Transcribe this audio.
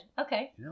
Okay